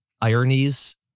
ironies